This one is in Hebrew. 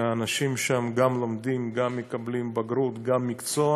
והאנשים שם גם לומדים, גם מקבלים בגרות, גם מקצוע